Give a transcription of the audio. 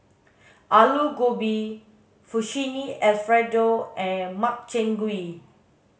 Alu Gobi Fettuccine Alfredo and Makchang gui